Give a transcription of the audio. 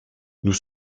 nous